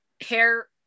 hair